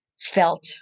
felt